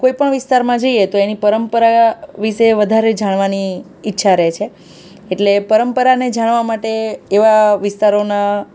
કોઈપણ વિસ્તારમાં જઈએ તો એની પરંપરા વિશે વધારે જાણવાની ઈચ્છા રહે છે એટલે પરંપરાને જાણવા માટે એવા વિસ્તારોના